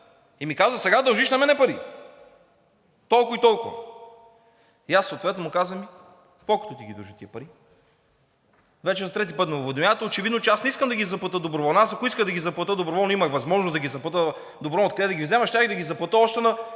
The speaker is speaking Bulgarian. и ми казва – сега дължиш на мен пари, толкова и толкова. И аз съответно му казвам: какво като ти ги дължа тези пари, вече за трети път ме уведомявате. Очевидно е, че аз не искам да ги заплатя доброволно. Аз ако исках да ги заплатя доброволно и имах възможност да ги заплатя доброволно, откъде да ги взема, щях да ги заплатя още на